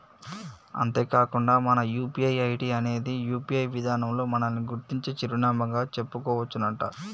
అంతేకాకుండా మన UPI ID అనేది యూ.పీ.ఐ విధానంలో మనల్ని గుర్తించే చిరునామాగా చెప్పుకోవచ్చునంట